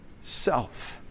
Self